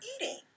eating